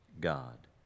God